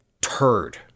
turd